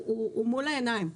הוא מול העיניים,